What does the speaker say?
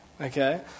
Okay